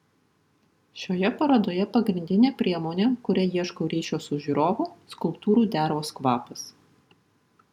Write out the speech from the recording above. šioje parodoje pagrindinė priemonė kuria ieškau ryšio su žiūrovu skulptūrų dervos kvapas